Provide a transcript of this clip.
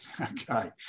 Okay